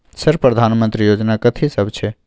Sir प्रधानमंत्री योजना कथि सब छै?